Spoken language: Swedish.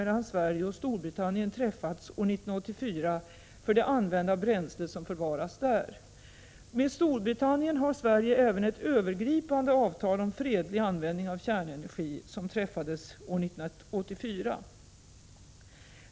1986/87:21 mellan Sverige och Storbritannien träffats år 1984 för det använda bränslet 7 november 1986 som förvaras där. Med Storbritannien har Sverige även ett övergripande. avtal om fredlig användning av kärnenergi som träffades år 1984.